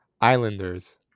Islanders